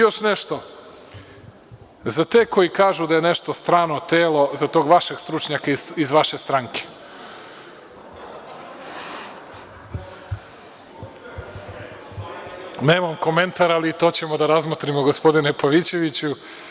Još nešto, za te koji kažu da je nešto strano telo, za tog vašeg stručnjaka iz vaše stranke nemam komentar, ali i to ćemo da razmotrimo, gospodine Pavićeviću.